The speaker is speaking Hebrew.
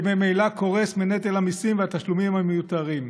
שממילא קורס מנטל המיסים והתשלומים המיותרים.